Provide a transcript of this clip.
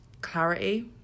clarity